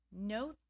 No